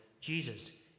Jesus